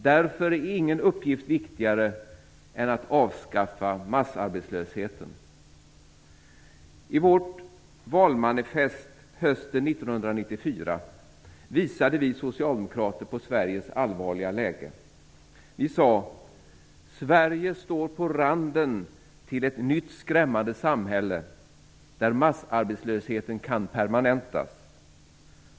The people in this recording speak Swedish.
Därför är ingen uppgift viktigare än att avskaffa massarbetslösheten. I vårt valmanifest hösten 1994 visade vi socialdemokrater på Sveriges allvarliga läge. Vi sade: Sverige står på randen till ett nytt skrämmande samhälle där massarbetslösheten kan permanentas.